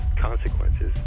consequences